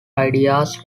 ideas